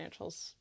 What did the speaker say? financials